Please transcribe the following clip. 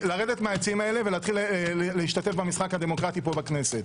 ולהתחיל להשתתף במשחק הדמוקרטי פה בכנסת.